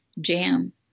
jam